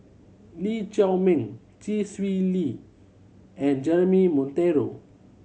Lee Chiaw Meng Chee Swee Lee and Jeremy Monteiro